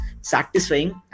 satisfying